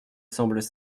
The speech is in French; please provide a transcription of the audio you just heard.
semblent